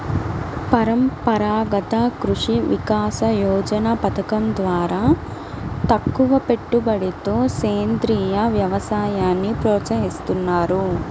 పరంపరాగత కృషి వికాస యోజన పథకం ద్వారా తక్కువపెట్టుబడితో సేంద్రీయ వ్యవసాయాన్ని ప్రోత్సహిస్తున్నారు